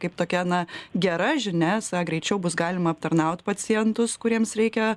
kaip tokia na gera žinia esą greičiau bus galima aptarnaut pacientus kuriems reikia